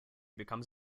becomes